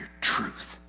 truth